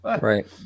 right